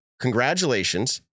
Congratulations